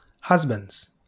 Husbands